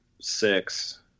six